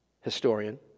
Historian